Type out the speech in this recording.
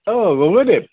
অঁ গগৈদেৱ